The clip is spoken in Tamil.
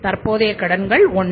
தற்போதைய கடன்கள் 1